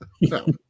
No